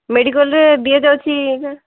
ମେଡ଼ିକାଲରେ ଦିଆଯାଉଛି ଯାହା